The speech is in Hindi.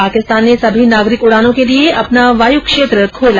पाकिस्तान ने सभी नागरिक उड़ानों के लिए अपना वायुक्षेत्र खोला